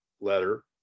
letter